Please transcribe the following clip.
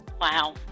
Wow